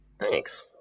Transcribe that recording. Thanks